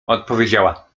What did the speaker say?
odpowiedziała